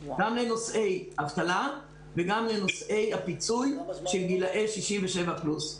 גם לנושאי אבטלה וגם לנושאי הפיצוי של גילאי 67 פלוס.